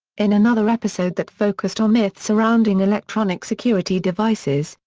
in another episode that focused on myths surrounding electronic security devices,